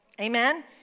Amen